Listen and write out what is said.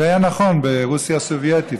זה היה נכון ברוסיה הסובייטית,